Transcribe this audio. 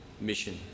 mission